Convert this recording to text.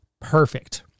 perfect